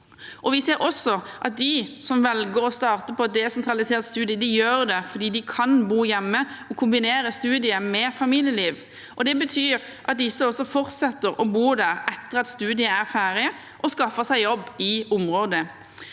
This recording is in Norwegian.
Vi ser også at de som velger å starte på et desentralisert studium, gjør det fordi de kan bo hjemme og kombinere studiet med familieliv. Det betyr at disse også fortsetter å bo der etter at studiet er ferdig, og de skaffer seg jobb i området.